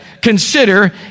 consider